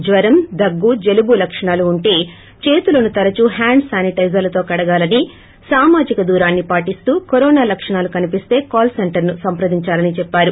జ్వరం దగ్గు జలుటు లక్షణాలు ఉంటే చేతులను తరచూ హ్వాండ్ శానిటైజర్లతో కడగాలని సామాజిక దూరాన్ని పాటిస్తూ కరోనా లక్షణాలు కనిపిస్తే కాల్ సెంటర్ను సంప్రదించమని చెప్పారు